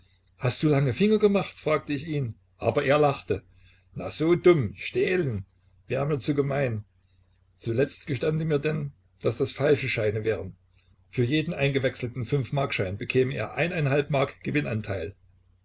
hast du lange finger gemacht fragte ich ihn aber er lachte na so dumm stehlen wär mir zu gemein zuletzt gestand er mir denn daß das falsche scheine wären für jeden eingewechselten fünfmarkschein bekäme er mark gewinnanteil